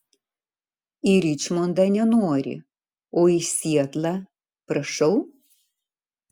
į ričmondą nenori o į sietlą prašau